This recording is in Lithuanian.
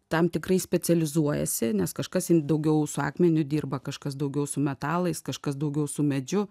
tam tikrai specializuojasi nes kažkas in daugiau su akmeniu dirba kažkas daugiau su metalais kažkas daugiau su medžiu